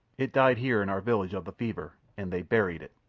it died here in our village of the fever and they buried it!